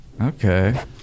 Okay